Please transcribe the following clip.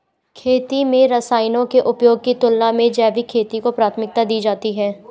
खेती में रसायनों के उपयोग की तुलना में जैविक खेती को प्राथमिकता दी जाती है